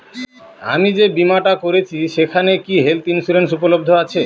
আমি যে বীমাটা করছি সেইখানে কি হেল্থ ইন্সুরেন্স উপলব্ধ আছে?